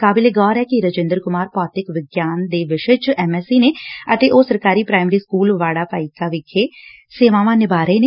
ਕਾਬਿਲੇ ਗੌਰ ਐ ਕਿ ਰਜਿੰਦਰ ਕੁਮਾਰ ਭੌਤਿਕ ਵਿਗਿਆਨ ਦੇ ਵਿਸੇ ਚ ਐਮ ਐਸਸੀ ਨੇ ਅਤੇ ਉਹ ਸਰਕਾਰੀ ਪ੍ਰਾਇਮਰੀ ਸਕੁਲ ਵਾੜਾ ਭਾਈਕਾ ਵਿਖੇ ਸੇਵਾਵਾਂ ਨਿਭਾ ਰਹੇ ਨੇ